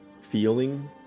feeling